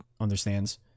understands